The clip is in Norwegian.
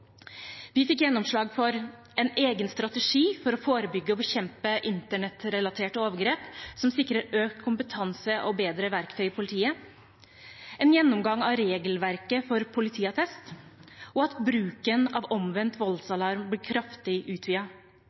Vi fikk gjennomslag for en egen strategi for å forebygge og bekjempe internettrelatert overgrep, som sikrer økt kompetanse og bedre verktøy i politiet, en gjennomgang av regelverket for politiattest, og at bruken av omvendt voldsalarm blir kraftig